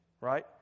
Right